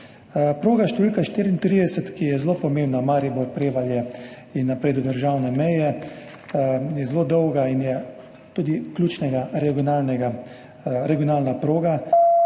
Proga številka 34, ki je zelo pomembna, Maribor–Prevalje in naprej do državne meje, je zelo dolga in tudi ključna regionalna proga,